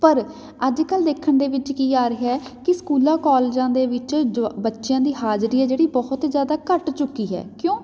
ਪਰ ਅੱਜ ਕੱਲ੍ਹ ਦੇਖਣ ਦੇ ਵਿੱਚ ਕੀ ਆ ਰਿਹਾ ਕਿ ਸਕੂਲਾਂ ਕੋਲਜਾਂ ਦੇ ਵਿੱਚ ਜ ਬੱਚਿਆਂ ਦੀ ਹਾਜ਼ਰੀ ਹੈ ਜਿਹੜੀ ਬਹੁਤ ਹੀ ਜ਼ਿਆਦਾ ਘੱਟ ਚੁੱਕੀ ਹੈ ਕਿਉਂ